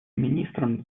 министром